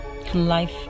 Life